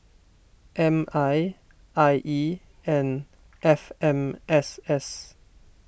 M I I E and F M S S